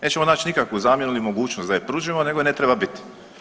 Nećemo naći nikakvu zamjenu ni mogućnost da je pružimo nego je ne treba biti.